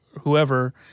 whoever